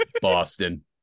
Boston